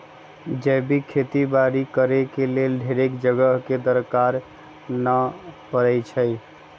जैविक खेती बाड़ी करेके लेल ढेरेक जगह के दरकार न पड़इ छइ